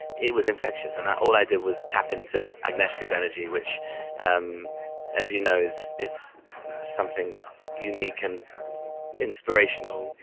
it was infectious and all i did was tap into agnieszka's energy, which um as you know is is something unique and inspirational.